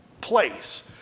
place